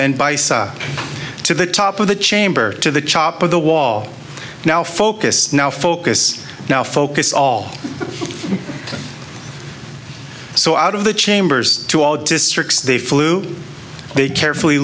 side to the top of the chamber to the chop of the wall now focus now focus now focus all so out of the chambers to all districts they flew they carefully